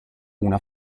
una